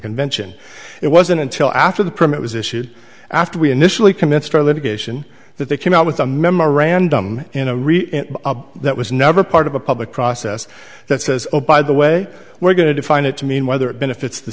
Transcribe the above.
convention it wasn't until after the permit was issued after we initially commenced our litigation that they came out with a memorandum in a real that was never part of a public process that says oh by the way we're going to define it to mean whether it benefits the